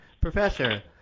Professor